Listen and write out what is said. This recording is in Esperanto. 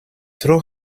tro